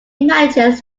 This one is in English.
manages